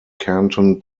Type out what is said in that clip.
canton